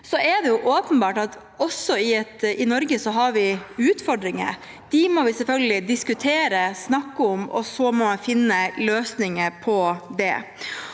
Så er det åpenbart at vi også i Norge har utfordringer. De må vi selvfølgelig diskutere og snakke om, og så må vi finne løsninger.